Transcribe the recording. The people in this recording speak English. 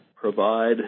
provide